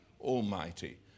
almighty